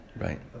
right